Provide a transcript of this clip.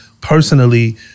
personally